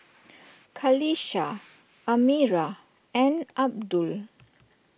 Qalisha Amirah and Abdul